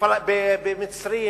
במצרים,